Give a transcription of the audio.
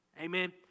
amen